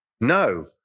No